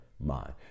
Mind